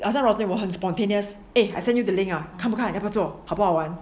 很像 rosie 我很 spontaneous eh I send you the link ah 看不看要不要做好不好玩